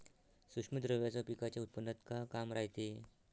सूक्ष्म द्रव्याचं पिकाच्या उत्पन्नात का काम रायते?